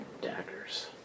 daggers